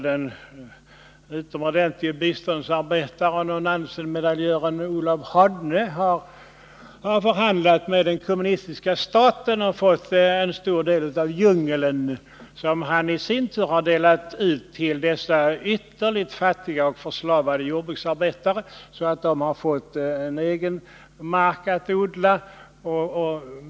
Den utomordentlige biståndsarbetaren och Nansenmedaljören Olav Hodne har förhandlat med den kommunistiska staten och har fått en stor del av djungeln, som han i sin tur har fördelat till de ytterligt fattiga och förslavade jordbruksarbetarna, så att de har fått egen mark att odla.